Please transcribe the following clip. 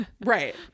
right